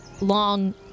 long